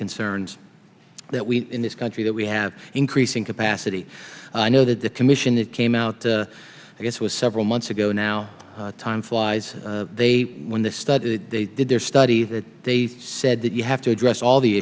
concerns that we in this country that we have increasing capacity i know that the commission that came out i guess it was several months ago now time flies they when this study that they did their study that they said that you have to address all the